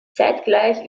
zeitgleich